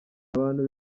abantu